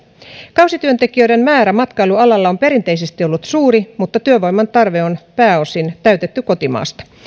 kausityöntekijöiden määrä matkailualalla on perinteisesti ollut suuri mutta työvoiman tarve on pääosin täytetty kotimaasta